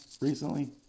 recently